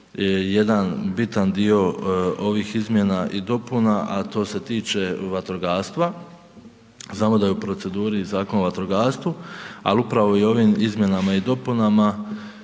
jedan bitan dio ovih izmjena i dopuna a to s tiče vatrogastva. Znamo da je u proceduri i Zakon o vatrogastvu, ali upravo ovim izmjenama i dopunama